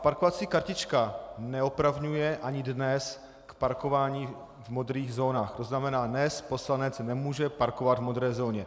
Parkovací kartička neopravňuje ani dnes k parkování v modrých zónách, to znamená, dnes poslanec nemůže parkovat v modré zóně.